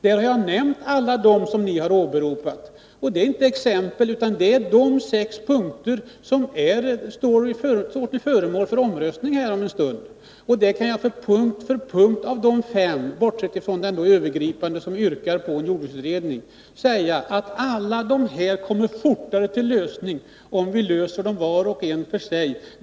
Jag har då nämnt alla de punkter som ni har åberopat. Det är alltså inte exempel, utan det är de sex punkter som blir föremål för omröstning här om en stund. Jag kan i fråga om alla dessa punkter — bortsett från den övergripande punkten som gäller yrkande om en jordbruksutredning — säga att problemen fortare får en lösning om vi löser dem vart och ett för sig.